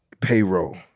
Payroll